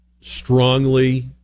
strongly